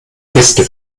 gäste